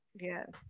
Yes